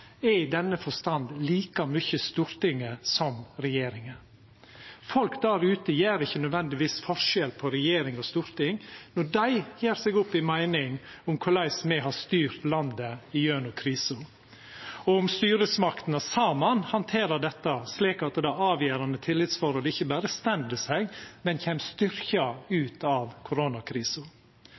er i denne forstand like mykje Stortinget som regjeringa. Folk der ute gjer ikkje nødvendigvis forskjell på regjering og storting. Dei gjer seg opp ei meining om korleis me har styrt landet gjennom krisa, og om styresmaktene saman handterer dette slik at det avgjerande tillitsforholdet ikkje berre står seg, men kjem styrkt ut av